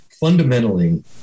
fundamentally